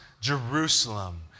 Jerusalem